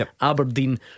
Aberdeen